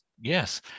yes